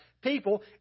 people